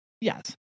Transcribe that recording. Yes